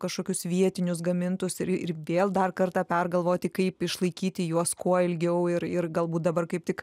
kažkokius vietinius gamintojus ir ir vėl dar kartą pergalvoti kaip išlaikyti juos kuo ilgiau ir ir galbūt dabar kaip tik